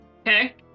Okay